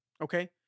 okay